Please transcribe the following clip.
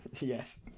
Yes